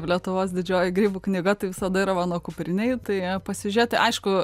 lietuvos didžioji grybų knyga tai visada yra mano kuprinėj tai pasižiūrėt aišku